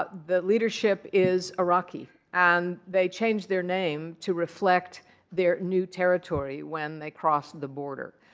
ah the leadership is iraqi. and they changed their name to reflect their new territory when they crossed the border.